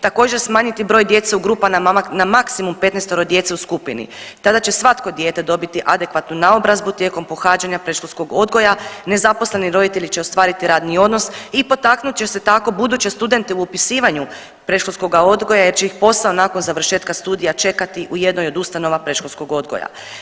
Također smanjiti broj djece u grupama na maksimum 15-oro djece u skupini, tada će svako dijete dobiti adekvatnu naobrazbu tijekom pohađanja predškolskog odgoja, nezaposleni roditelji će ostvariti radni odnos i potaknut će se tako buduće studente u upisivanju predškolskoga odgoja jer će ih posao nakon završetka studija čekati u jednoj od ustanova predškolskog odgoja.